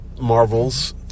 Marvels